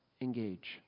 engage